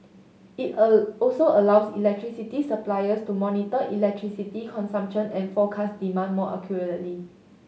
it a also allows electricity suppliers to monitor electricity consumption and forecast demand more accurately